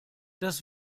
das